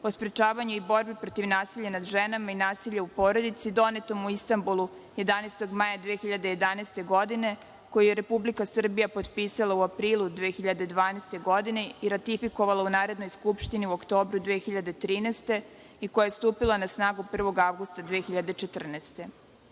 o sprečavanju i borbe protiv nasilja nad ženama i nasilja u porodici, donetom u Istambulu 11. maja 2011. godine, koja je Republika Srbija potpisala u aprilu 2012. godine i ratifikovala u Narodnoj skupštini u oktobru 2013. godine i koja je stupila na snagu 1. avgusta 2014.